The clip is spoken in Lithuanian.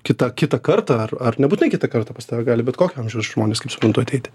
kitą kitą kartą ar ar nebūtinai kitą kartą pas tave gali bet kokio amžiaus žmonės kaip suprantu ateiti